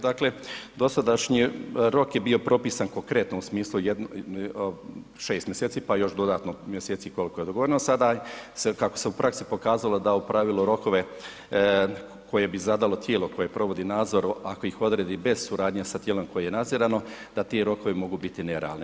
Dakle, dosadašnji rok je bio propisan konkretno u smislu jedno 6 mj. pa još dodatno mjeseci koliko je dogovoreno, sada se kako se u praksi pokazalo da u pravilu rokove koje bi zadalo tijelo koje provodi nadzor ako ih odredbi bez suradnje sa tijelom koje je nadzirano da ti rokovi mogu biti nerealni.